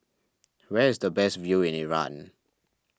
where is the best view in Iran